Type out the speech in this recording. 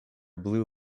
blue